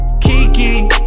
Kiki